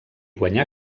guanyà